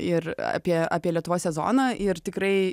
ir apie apie lietuvos sezoną ir tikrai